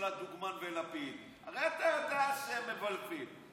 הרי אתה יודע שהם מבלפים.